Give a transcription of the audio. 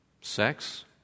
Sex